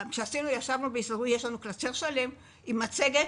יש לנו קלסר שלם עם מצגת.